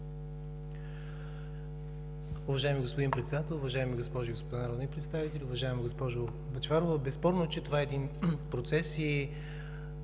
Уважаеми господин Председател, уважаеми госпожи и господа народни представители, уважаема госпожо Бъчварова! Безспорно е, че това е един процес и